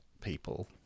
people